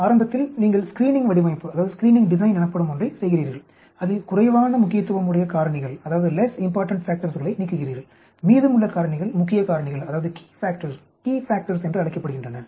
ஆரம்பத்தில் நீங்கள் ஸ்கிரீனிங் வடிவமைப்பு எனப்படும் ஒன்றைச் செய்கிறீர்கள் அதில் குறைவான முக்கியத்துவம் உடைய காரணிகளை நீக்குகிறீர்கள் மீதமுள்ள காரணிகள் முக்கிய காரணிகள் என்று அழைக்கப்படுகின்றன